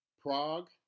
Prague